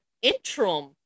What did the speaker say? interim